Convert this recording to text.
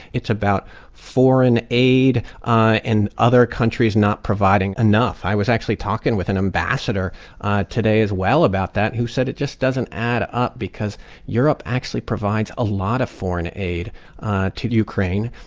it's about foreign aid and other countries not providing enough. i was actually talking with an ambassador today, as well, about that who said it just doesn't add up because europe actually provides a lot of foreign aid to ukraine.